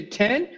ten